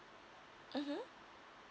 mmhmm